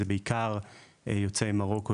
שזה בעיקר יוצאי מרוקו,